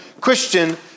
Christian